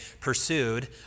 pursued